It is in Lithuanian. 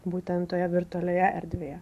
būtent toje virtualioje erdvėje